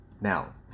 now